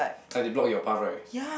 plus they block your path right